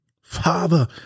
Father